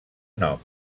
nom